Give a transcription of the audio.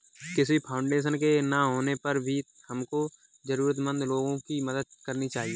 किसी फाउंडेशन के ना होने पर भी हमको जरूरतमंद लोगो की मदद करनी चाहिए